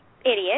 idiot